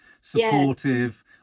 supportive